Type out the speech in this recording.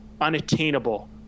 unattainable